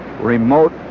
remote